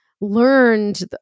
learned